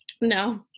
no